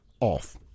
off